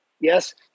Yes